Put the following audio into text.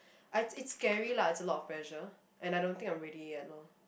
I it's scary lah a lot of pressure and I don't think I'm ready yet loh